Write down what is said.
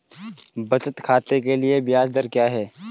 बचत खाते के लिए ब्याज दर क्या है?